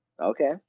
Okay